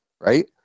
right